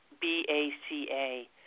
B-A-C-A